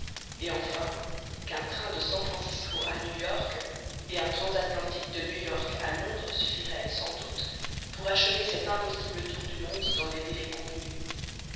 et enfin qu'un train de san francisco à new york et un transatlantique de new york à londres suffiraient sans doute pour achever cet impossible tour du monde dans les délais convenus